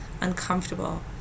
uncomfortable